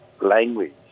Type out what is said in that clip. language